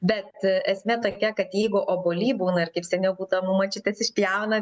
bet esmė tokia kad jeigu obuoliai būna ir kaip seniau būdavo močiutės išpjauna